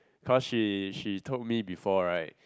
cause she she told me before right